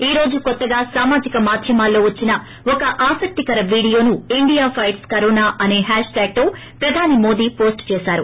ఈ రోజు కొత్తగా సామాజిక మాధ్యమాల్లో వచ్చిన ఒక ఆసక్తికర వీడియోను ఇండియా పైట్స్ కరోనా అసే ట్యాగ్ తో ప్రధాని మోదీ పోస్ట్ చేశారు